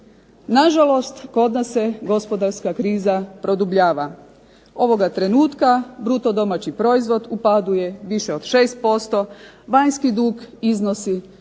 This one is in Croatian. Na žalost kod nas se gospodarska kriza produbljava. Ovoga trenutka bruto domaći proizvod u padu je više od 6%, vanjski dug iznosi 43